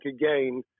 again